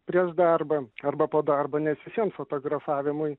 prieš darbą arba po darbo nes vis vien fotografavimui